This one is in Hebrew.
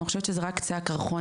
וזה רק קצה הקרחון,